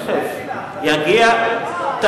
ואת האופוזיציה, אדוני.